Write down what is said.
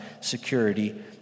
security